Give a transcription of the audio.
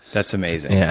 that's amazing. yeah